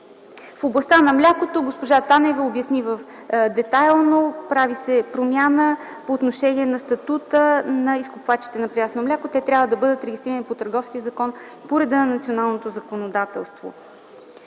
В областта на млякото госпожа Танева обясни детайлно: прави се промяна по отношение на статута на изкупвачите на прясно мляко. Те трябва да бъдат регистрирани по Търговския закон по реда на националното законодателство.